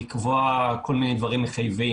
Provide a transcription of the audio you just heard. לקבוע כל מיני דברים מחייבים,